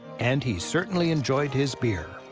and he certainly enjoyed his beer.